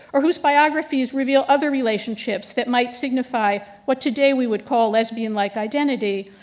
or whose biographies reveal other relationships that might signify, what today we would call lesbian like identity,